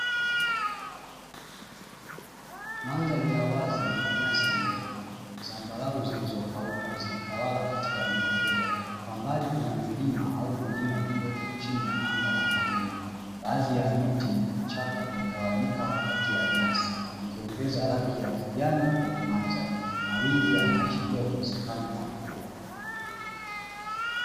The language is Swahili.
Mandhari ya wazi yenye nyasi ndefu, zambarau zilizokauka zikitawala katika eneo kubwa kwa mbali kuna milima au vilima vidogo chini ya anga la mawingu, baadhi ya miti vichaka vimetawanyika kati ya nyasi vikiongeza rangi ya kijani kwenye mandhari, mawingu yanashiria uwezekano wa mvua.